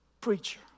preacher